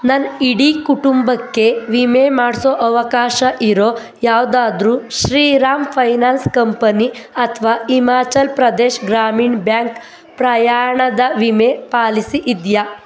ನನ್ನ ಇಡೀ ಕುಟುಂಬಕ್ಕೆ ವಿಮೆ ಮಾಡಿಸೋ ಅವಕಾಶ ಇರೋ ಯಾವುದಾದ್ರೂ ಶ್ರೀರಾಮ್ ಫೈನಾನ್ಸ್ ಕಂಪನಿ ಅಥವಾ ಹಿಮಾಚಲ್ ಪ್ರದೇಶ್ ಗ್ರಾಮೀಣ್ ಬ್ಯಾಂಕ್ ಪ್ರಯಾಣದ ವಿಮೆ ಪಾಲಿಸಿ ಇದೆಯಾ